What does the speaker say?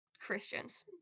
Christians